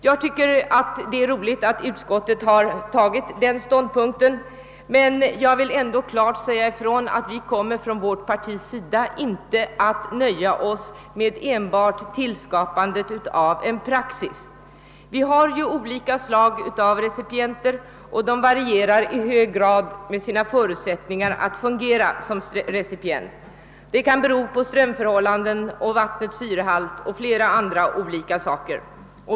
Jag tycket det är roligt att utskottet har intagit den ståndpunkten, men jag vill ändå klart säga ifrån att vårt parti inte kommer att nöja sig med enbart tillskapande av en praxis. Det finns ju olika slag av recipienter och de varierar med sina förutsättningar i hög grad att fungera som recipienter; det kan bero på strömförhållanden och vattnets syrehalt och flera andra olika saker.